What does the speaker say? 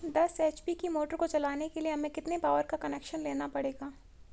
दस एच.पी की मोटर को चलाने के लिए हमें कितने पावर का कनेक्शन लेना पड़ेगा?